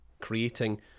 creating